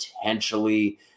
potentially